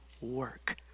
work